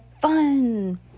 fun